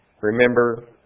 remember